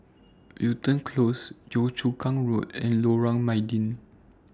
Wilton Close Yio Chu Kang Road and Lorong Mydin